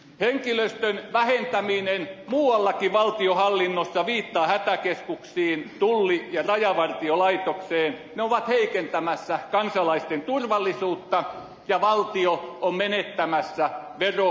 henkilöstön vähentäminen muuallakin valtionhallinnossa viittaan hätäkeskuksiin tulli ja rajavartiolaitokseen on heikentämässä kansalaisten turvallisuutta ja valtio on menettämässä verotuloja